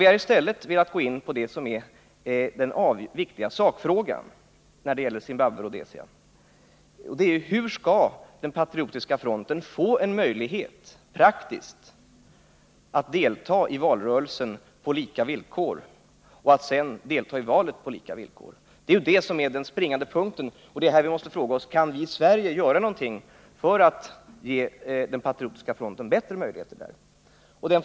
Vi har i stället velat gå in på sakfrågan, nämligen det viktiga Zimbabwe Rhodesiaproblemet. Hur skall Patriotiska fronten få praktisk möjlighet att delta i valrörelsen på lika villkor och därefter delta i valet på lika villkor? Det är den springande punkten. Här måste vi fråga oss om vi i Sverige kan göra något för att ge Patriotiska fronten bättre möjligheter till det.